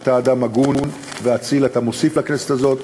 אתה אדם הגון ואציל, אתה מוסיף לכנסת הזאת,